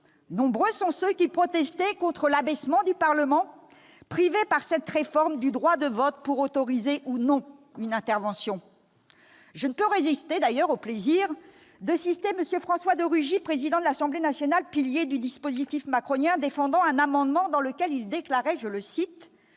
nombreux sont ceux qui protestaient contre l'abaissement du Parlement, privé par cette réforme du droit de vote pour autoriser ou non une intervention. Je ne peux résister d'ailleurs au plaisir de citer M. François de Rugy, actuel président de l'Assemblée nationale et pilier du dispositif macronien, défendant un amendement en ces termes :« Nous